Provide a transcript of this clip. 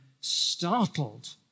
startled